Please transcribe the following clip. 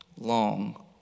long